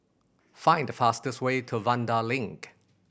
find the fastest way to Vanda Link